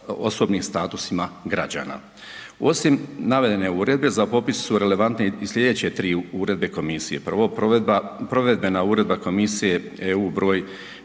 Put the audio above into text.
osobnim statusima građana. Osim navedene uredbe, za popis su relevantne i sljedeće tri uredbe komisije. Prvo, Provedbena uredba komisije EU br.